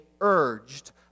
urged